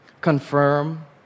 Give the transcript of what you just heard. confirm